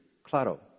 Claro